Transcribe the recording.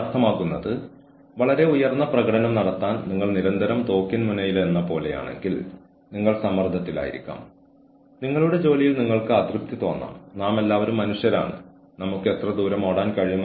അതിനാൽ പ്രാരംഭ പരിശീലനത്തിലൂടെയും ആനുകാലിക പുനർ പരിശീലന പരിപാടികളിലൂടെയും നൈപുണ്യ വിടവുകൾ കുറയ്ക്കൽ കഴിവുകൾ മെച്ചപ്പെടുത്തൽ എന്നിവയിലൂടെ ഓർഗനൈസേഷന് നിങ്ങളോട് പെരുമാറാൻ കഴിയും